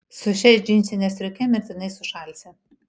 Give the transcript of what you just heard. su šia džinsine striuke mirtinai sušalsi